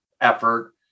effort